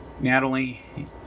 Natalie